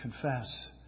confess